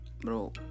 Bro